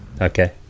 Okay